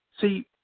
See